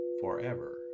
forever